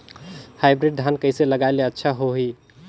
Hybrid धान कइसे लगाय ले अच्छा होही?